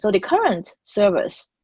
so the current service,